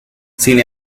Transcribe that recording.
sin